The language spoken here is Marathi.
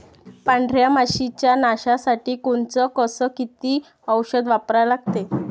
पांढऱ्या माशी च्या नाशा साठी कोनचं अस किती औषध वापरा लागते?